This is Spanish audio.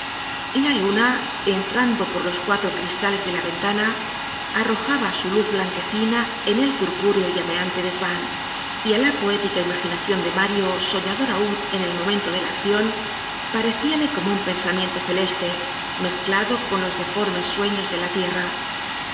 la luna entrando por los cuatro cristales de la ventana arrojaba su luz blanquecina en el purpúreo y llameante desvan y á la poética imaginacion de mario soñador aun en el momento de la accion parecíale como un pensamiento celeste mezclado con los deformes sueños de la tierra